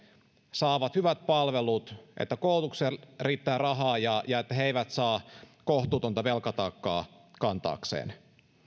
saavat hyvät palvelut että koulutukseen riittää rahaa ja ja että he he eivät saa kohtuutonta velkataakkaa kantaakseen